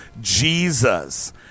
Jesus